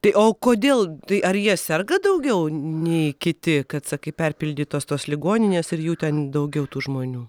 tai o kodėl tai ar jie serga daugiau nei kiti kad sakai perpildytos tos ligoninės ir jų ten daugiau tų žmonių